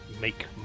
make